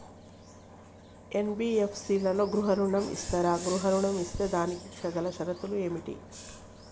NBFC లలో గృహ ఋణం ఇస్తరా? గృహ ఋణం ఇస్తే దానికి గల షరతులు ఏమిటి?